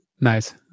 Nice